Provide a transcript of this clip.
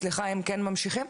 הם כן ממשיכים?